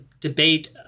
debate